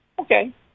okay